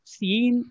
seen